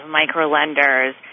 micro-lenders